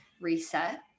reset